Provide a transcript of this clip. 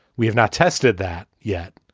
we've not tested that yet.